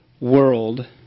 world